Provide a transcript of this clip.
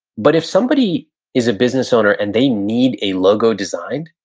but if somebody is a business owner and they need a logo designed,